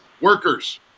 workers